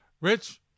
Rich